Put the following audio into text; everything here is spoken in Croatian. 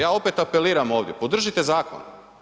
Ja opet apeliram ovdje, podržite zakon.